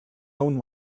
own